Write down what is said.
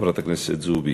חברת הכנסת זועבי,